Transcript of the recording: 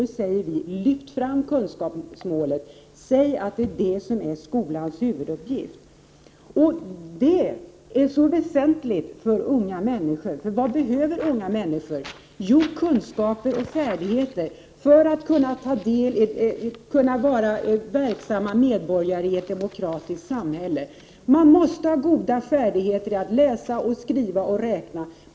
Då säger vi: Lyft fram kunskapsmålet, säg att det är skolans huvuduppgift. Det är väsentligt för unga människor. Vad behöver unga människor? Jo, kunskaper och färdigheter för att kunna vara verksamma medborgare i ett demokratiskt samhälle. Man måste ha goda färdigheter i att läsa, skriva och räkna.